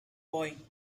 boy